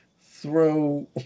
throw